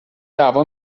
دعوا